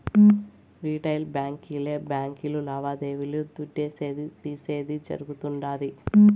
retail బాంకీలే బాంకీలు లావాదేవీలు దుడ్డిసేది, తీసేది జరగుతుండాది